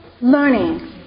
learning